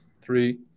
three